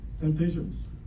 temptations